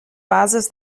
bases